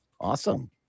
Awesome